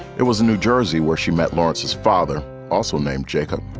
it was in new jersey where she met lawrence. his father also named jacob,